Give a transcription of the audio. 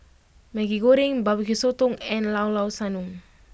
Maggi Goreng Bbq Sotong and Llao Llao Sanum